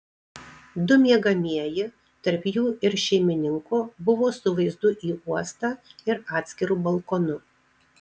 du miegamieji tarp jų ir šeimininko buvo su vaizdu į uostą ir atskiru balkonu